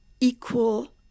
equal